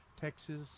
Texas